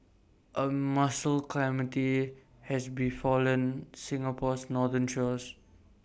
A mussel calamity has befallen Singapore's northern shores